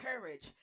courage